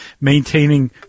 maintaining